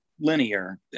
linear